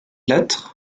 lettre